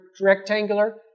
rectangular